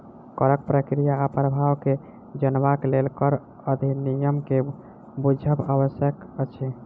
करक प्रक्रिया आ प्रभाव के जनबाक लेल कर अधिनियम के बुझब आवश्यक अछि